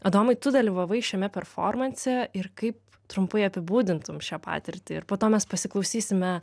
adomai tu dalyvavai šiame performanse ir kaip trumpai apibūdintum šią patirtį ir po to mes pasiklausysime